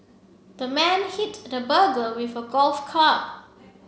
the man hit the burglar with a golf club